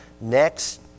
next